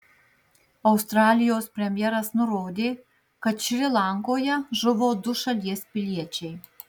australijos premjeras nurodė kad šri lankoje žuvo du šalies piliečiai